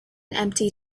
empty